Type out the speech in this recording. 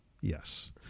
Yes